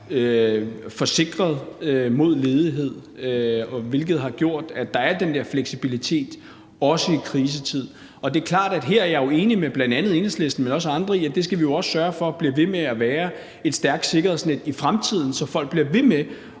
forsikret mod ledighed, hvilket har gjort, at der er den der fleksibilitet, også i en krisetid. Det er klart, at jeg jo her er enig med bl.a. Enhedslisten, men også andre, i, at vi også skal sørge for, at der bliver ved med at være et stærkt sikkerhedsnet i fremtiden, så folk bliver ved med